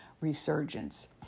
resurgence